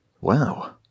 wow